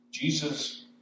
Jesus